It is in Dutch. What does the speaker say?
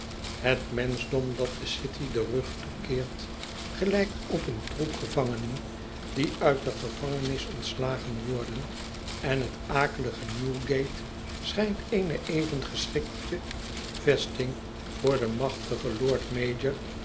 het menschdom dat de city den rug toekeert gelijkt op een troep gevangenen die uit de gevangenis ontslagen worden en het akelige newgate schijnt eene even geschikte vesting voor den machtigen lord